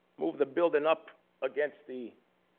move the building up against the